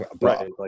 Right